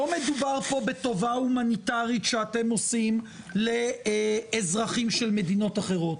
לא מדובר פה בטובה הומניטרית שאתם עושים לאזרחים של מדינות אחרות,